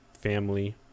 family